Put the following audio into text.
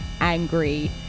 angry